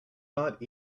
not